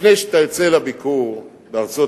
לפני שאתה יוצא לביקור בארצות-הברית,